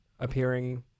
appearing